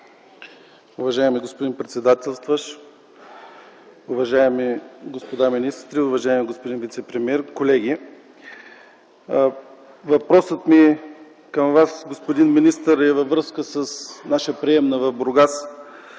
Уважаеми господин председател, уважаеми господа министри, уважаеми господин вицепремиер! Въпросът ми към Вас, господин министър, е във връзка с нашата приемна в Бургас,